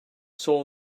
soul